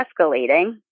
escalating